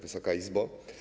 Wysoka Izbo!